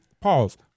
pause